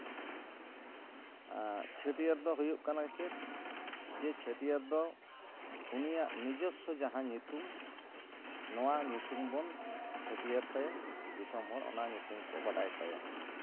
ᱪᱷᱟᱹᱴᱭᱟᱹᱨ ᱫᱚ ᱦᱩᱭᱩᱜ ᱠᱟᱱᱟ ᱪᱮᱫ ᱡᱮ ᱪᱷᱟᱹᱴᱭᱟᱹᱨ ᱫᱚ ᱩᱱᱤᱭᱟᱜ ᱱᱤᱡᱚᱥᱥᱚ ᱡᱟᱦᱟᱸ ᱧᱩᱛᱩᱢ ᱱᱚᱣᱟ ᱧᱩᱛᱩᱢ ᱵᱚᱱ ᱪᱷᱟᱹᱴᱭᱟᱹᱨ ᱛᱟᱭᱟ ᱫᱤᱥᱚᱢ ᱦᱚᱲ ᱚᱱᱟ ᱧᱩᱛᱩᱢ ᱠᱚ ᱵᱟᱰᱟᱭ ᱛᱟᱭᱟ